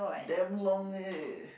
damn long eh